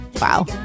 Wow